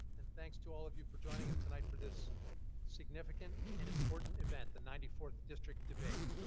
and thanks to all of you for joining us tonight for this significant and important event, the ninety fourth district debate.